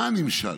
מה הנמשל?